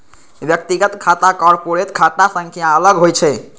व्यक्तिगत खाता कॉरपोरेट खाता सं अलग होइ छै